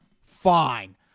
fine